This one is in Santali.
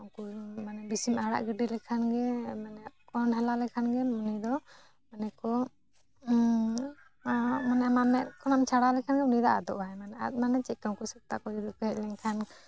ᱩᱱᱠᱩ ᱢᱟᱱᱮ ᱵᱮᱥᱤᱢ ᱟᱲᱟᱜ ᱜᱤᱰᱤ ᱞᱮᱠᱷᱟᱱ ᱜᱮ ᱢᱟᱱᱮ ᱚᱱᱦᱮᱞᱟ ᱞᱮᱠᱷᱟᱱ ᱜᱮᱢ ᱩᱱᱤ ᱫᱚ ᱟᱱᱮ ᱠᱚ ᱢᱟᱱᱮ ᱟᱢᱟᱜ ᱢᱮᱫ ᱠᱷᱚᱱᱮᱢ ᱪᱷᱟᱲᱟᱣ ᱞᱮᱠᱷᱟᱱ ᱩᱱᱤ ᱫᱚᱭ ᱟᱫᱚᱜᱼᱟ ᱟᱫᱚ ᱢᱟᱱᱮ ᱪᱮᱫᱞᱮᱠᱟ ᱩᱱᱠᱩ ᱥᱮᱛᱟ ᱠᱚ ᱡᱩᱫᱤ ᱵᱟᱠᱚ ᱦᱮᱡ ᱞᱚᱱᱠᱷᱟᱱ